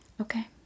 Okay